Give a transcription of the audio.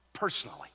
personally